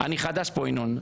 אני חדש פה ינון,